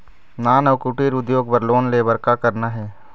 नान अउ कुटीर उद्योग बर लोन ले बर का करना हे?